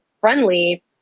friendly